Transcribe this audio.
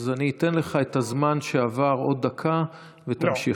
אז אני אתן לך את הזמן שעבר, עוד דקה, ותמשיך.